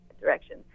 direction